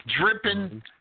dripping